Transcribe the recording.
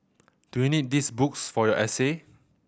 do you need these books for your essay